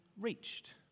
reached